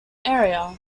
area